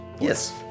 Yes